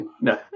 No